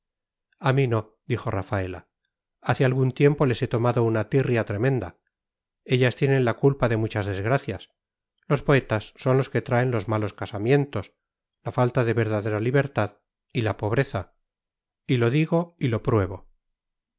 a mí no dijo rafaela hace algún tiempo les he tomado una tirria tremenda ellas tienen la culpa de muchas desgracias los poetas son los que traen los malos casamientos la falta de verdadera libertad y la pobreza y lo digo y lo pruebo